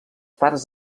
pares